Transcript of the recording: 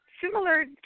similar